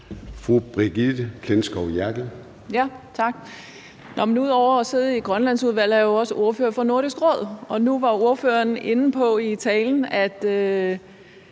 Brigitte Klintskov Jerkel (KF): Tak. Ud over at sidde i Grønlandsudvalget er jeg jo også ordfører for Nordisk Råd, og nu var ordføreren inde på i talen, at